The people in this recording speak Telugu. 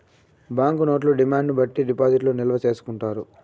బాంక్ నోట్లను డిమాండ్ బట్టి డిపాజిట్లు నిల్వ చేసుకుంటారు